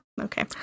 Okay